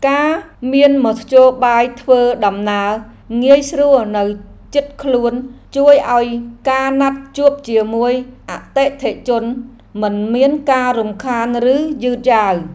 ការមានមធ្យោបាយធ្វើដំណើរងាយស្រួលនៅជិតខ្លួនជួយឱ្យការណាត់ជួបជាមួយអតិថិជនមិនមានការរំខានឬយឺតយ៉ាវ។